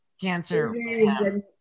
cancer